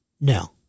No